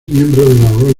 miembro